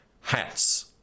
hats